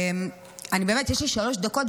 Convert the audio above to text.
יש לי שלוש דקות,